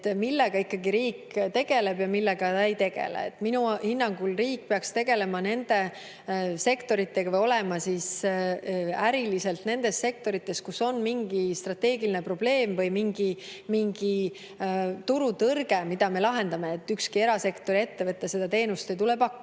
millega riik tegeleb ja millega ta ei tegele. Minu hinnangul riik peaks tegelema nende sektoritega või olema äriliselt nendes sektorites, kus on mingi strateegiline probleem või mingi turutõrge, mida me lahendame. Ükski erasektori ettevõte seda teenust ei tule pakkuma.